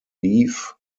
eve